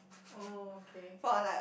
oh okay